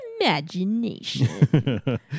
imagination